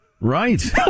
Right